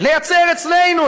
ליצור אצלנו,